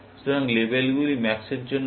সুতরাং লেবেলগুলি ম্যাক্সের জন্য হয়